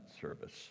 service